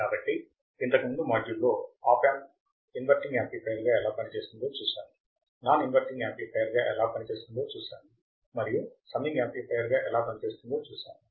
కాబట్టి ఇంతకు ముందు మాడ్యుళ్ళలో ఆప్ యాంప్ ఇంవర్టింగ్ యాంప్లిఫైయర్ గా ఎలా పని చేస్తుందో చూశాము నాన్ ఇన్వర్టింగ్ యాంప్లిఫైయర్ గా ఎలా పని చేస్తుందో చూశాము మరియు సమ్మింగ్ యాంప్లిఫైయర్ గా ఎలా పని చేస్తుందో చూశాము